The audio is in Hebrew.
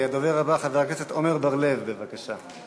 הדובר הבא, חבר הכנסת עמר בר-לב, בבקשה.